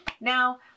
Now